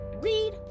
read